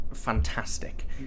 fantastic